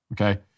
Okay